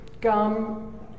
gum